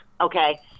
okay